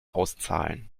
auszahlen